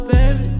Baby